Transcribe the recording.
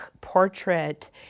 portrait